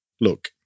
Look